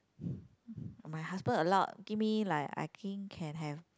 my husband allow give me like I think can have